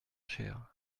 cher